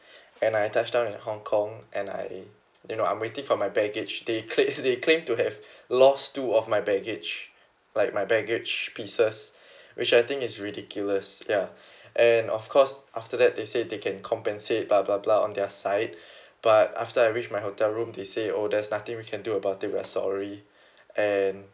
and I touched down in hong kong and I you know I'm waiting for my baggage they cla~ they claimed to have lost two of my baggage like my baggage pieces which I think is ridiculous ya and of course after that they said they can compensate blah blah blah on their side but after I reached my hotel room they said oh there's nothing we can do about it we are sorry and